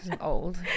old